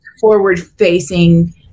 forward-facing